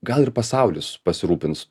gal ir pasaulis pasirūpins